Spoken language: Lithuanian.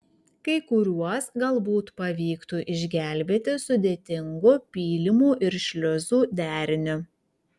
kai kuriuos galbūt pavyktų išgelbėti sudėtingu pylimų ir šliuzų deriniu